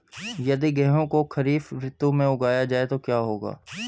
यदि गेहूँ को खरीफ ऋतु में उगाया जाए तो क्या होगा?